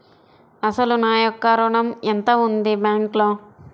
అసలు నా ఋణం ఎంతవుంది బ్యాంక్లో?